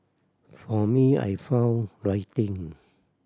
for me I found writing